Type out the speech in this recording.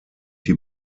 die